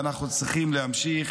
ואנחנו צריכים להמשיך